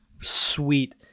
sweet